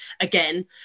again